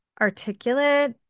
articulate